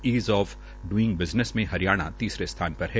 is of doing business में हरियाणा तीसरे स्थान पर है